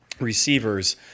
receivers